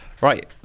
Right